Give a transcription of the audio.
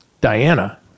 Diana